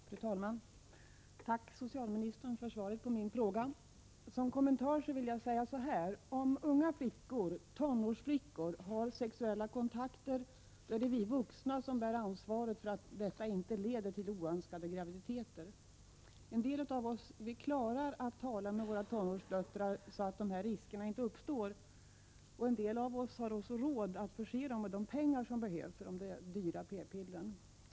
Fru talman! Tack, socialministern, för svaret på min fråga. Som kommentar vill jag säga följande. Om unga flickor, tonårsflickor, har sexuella kontakter är det vi vuxna som bär ansvaret för att detta inte leder till oönskade graviditeter. En del av oss klarar av att tala med våra tonårsdöttrar, så att dessa risker inte uppstår, och en del av oss har också råd att förse dem med de pengar som behövs till de dyra p-pillren.